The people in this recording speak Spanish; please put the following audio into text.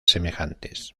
semejantes